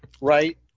Right